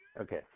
Okay